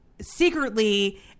secretly